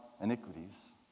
iniquities